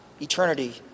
Eternity